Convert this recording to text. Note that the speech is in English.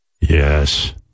Yes